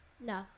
No